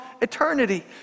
eternity